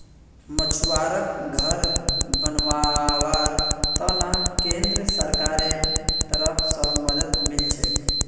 मछुवाराक घर बनव्वार त न केंद्र सरकारेर तरफ स मदद मिल छेक